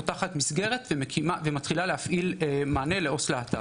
פותחת מסגרת ומתחילה להפעיל את המענה של עו״ס להט״ב.